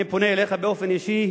אני פונה אליך באופן אישי,